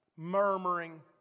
murmuring